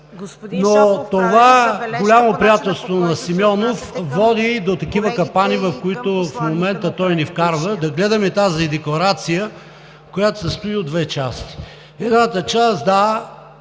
Това голямо приятелство на Симеонов води и до такива капани, в които в момента той ни вкарва – да гледаме тази декларация, която се състои от две части. Едната част – да,